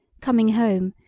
coming home,